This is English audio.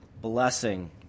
blessing